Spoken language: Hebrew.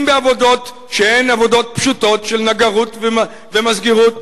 אם בעבודות שהן עבודות פשוטות של נגרות ומסגרות,